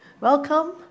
welcome